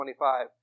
25